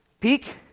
peak